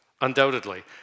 undoubtedly